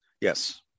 Yes